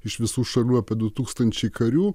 iš visų šalių apie du tūkstančiai karių